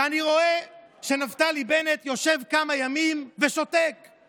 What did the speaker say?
ואני רואה שנפתלי בנט יושב כמה ימים ושותק,